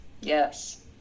Yes